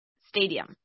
stadium